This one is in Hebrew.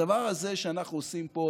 הדבר הזה שאנחנו עושים פה,